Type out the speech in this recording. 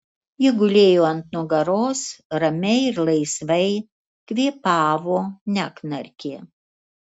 ji gulėjo ant nugaros ramiai ir laisvai kvėpavo neknarkė